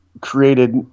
Created